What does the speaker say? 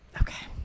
Okay